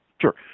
Sure